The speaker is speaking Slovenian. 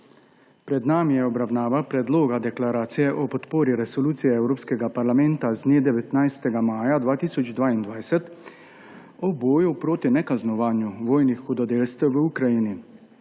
Pred nami je obravnava predloga deklaracije o podpori Resoluciji Evropskega parlamenta z dne 19. maja 2022 o boju proti nekaznovanju vojnih hudodelstev v Ukrajini.